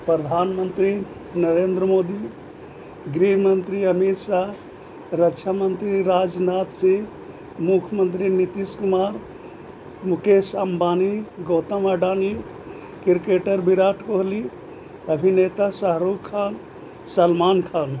پردھان منتری نریندر مودی گرہ منتری امت شاہ رکچھا منتری راج ناتھ سنگھ مکھیہ منتری نیتیش کمار مکیش امبانی گوتم اڈانی کرکٹر وراٹ کوہلی ابھینیتا شاہ رخ خان سلمان خان